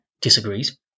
disagrees